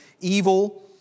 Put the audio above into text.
evil